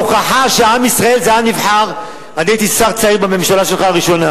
אדוני ראש הממשלה, אמר ראש ממשלת רומניה,